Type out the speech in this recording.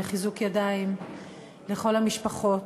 וחיזוק ידיים לכל המשפחות,